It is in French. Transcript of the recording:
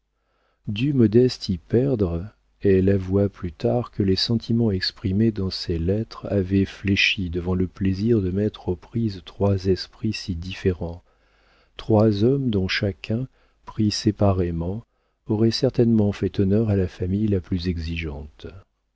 modeste y perdre elle avoua plus tard que les sentiments exprimés dans ses lettres avaient fléchi devant le plaisir de mettre aux prises trois esprits si différents trois hommes dont chacun pris séparément aurait certainement fait honneur à la famille la plus exigeante